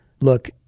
Look